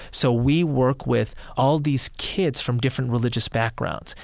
so we work with all these kids from different religious backgrounds.